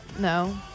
No